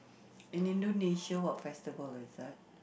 in Indonesia what festival is that